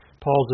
Paul's